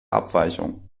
abweichung